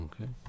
Okay